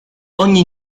ogni